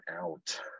out